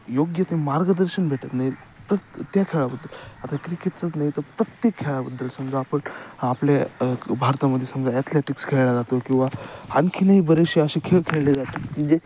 योग्य ते मार्गदर्शन भेटत नाही परत त्या खेळाबद्दल आता क्रिकेटचंच नाही तर प्रत्येक खेळाबद्दल समजा आपण आपल्या भारतामध्ये समजा ॲथलेटिक्स खेळला जातो किंवा आणखीनही बरेचसे असे खेळ खेळले जाते की जे